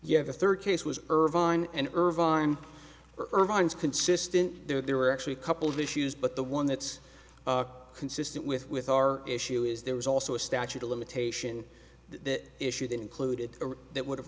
yes the third case was irvine and irvine irvine is consistent there are actually a couple of issues but the one that's consistent with with our issue is there was also a statute of limitation that issued included that would have